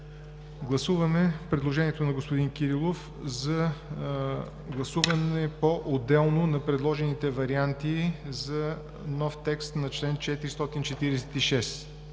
Гласуваме предложението на господин Кирилов за гласуване поотделно на предложените варианти за нов текст на чл. 446.